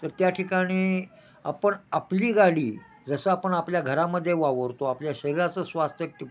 तर त्या ठिकाणी आपण आपली गाडी जसं आपण आपल्या घरामध्ये वावरतो आपल्या शरीराचं स्वास्थ्य टी